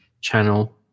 channel